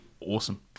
awesome